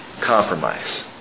Compromise